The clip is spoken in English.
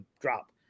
drop